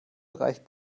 reicht